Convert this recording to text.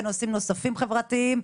ונושאים נוספים חברתיים.